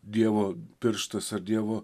dievo pirštas ar dievo